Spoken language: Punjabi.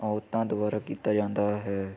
ਔਰਤਾਂ ਦੁਆਰਾ ਕੀਤਾ ਜਾਂਦਾ ਹੈ